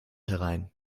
herein